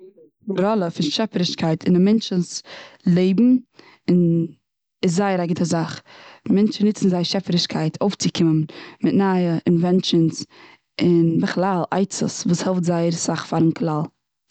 די ראלע פון שעפערישקייט און א מענטשס לעבן, און איז זייער א גוטע זאך. מענטשן ניצן זייער שעפערישקייט אויפצוקומען מיט נייע אינווענטשנס, און בכלל עצות וואס העלפט זייער אסאך פארן כלל.